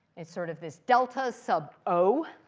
it's sort of this delta sub o.